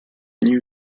new